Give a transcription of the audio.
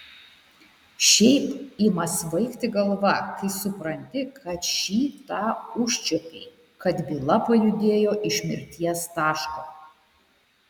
šiaip ima svaigti galva kai supranti kad šį tą užčiuopei kad byla pajudėjo iš mirties taško